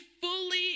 fully